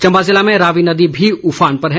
चम्बा ज़िले में रावी नदी भी उफान पर है